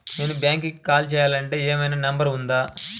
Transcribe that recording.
నేను బ్యాంక్కి కాల్ చేయాలంటే ఏమయినా నంబర్ ఉందా?